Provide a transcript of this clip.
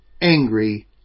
angry